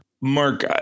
Mark